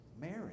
Mary